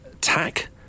tack